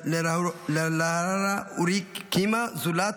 ללהרואיקימה זולת,